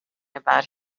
about